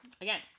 again